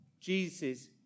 Jesus